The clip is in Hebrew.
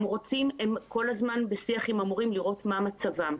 הם כל הזמן בשיח עם המורים, לראות מה מצבם.